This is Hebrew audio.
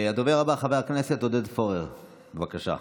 הדובר הבא, חבר הכנסת עודד פורר, בבקשה.